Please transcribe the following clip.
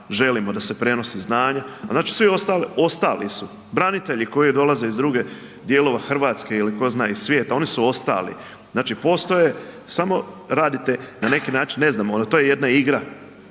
želimo da se prenosi znanje, a svi ostali su branitelji koji dolaze iz drugih dijelova Hrvatske ili ko zna iz svijeta, oni su ostali. Znači postoje, samo radite na neki način ne znam to je jedna igra